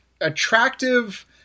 attractive